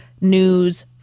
news